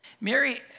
Mary